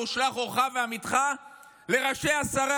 ושלח אורך ואמיתך לראשיה,